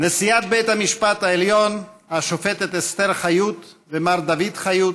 נשיאת בית המשפט העליון השופטת אסתר חיות ומר דוד חיות,